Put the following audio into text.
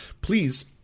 Please